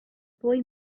boy